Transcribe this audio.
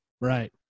Right